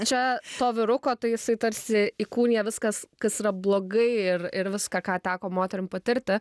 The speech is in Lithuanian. čia to vyruko tai jisai tarsi įkūnija viskas kas yra blogai ir ir viską ką teko moterim patirti